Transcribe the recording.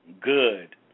good